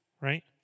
right